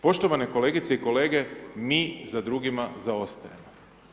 Poštovane kolegice i kolege, mi za drugima zaostajemo.